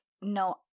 no